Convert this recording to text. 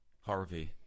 Harvey